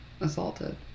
assaulted